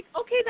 okay